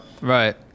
right